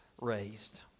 raised